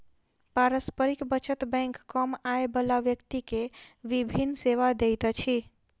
पारस्परिक बचत बैंक कम आय बला व्यक्ति के विभिन सेवा दैत अछि